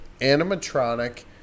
animatronic